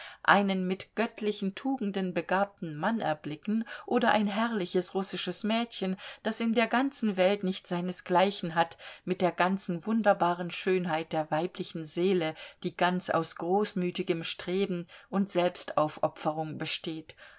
einen mit göttlichen tugenden begabten mann erblicken oder ein herrliches russisches mädchen das in der ganzen welt nicht seinesgleichen hat mit der ganzen wunderbaren schönheit der weiblichen seele die ganz aus großmütigem streben und selbstaufopferung besteht